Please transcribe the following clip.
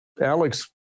Alex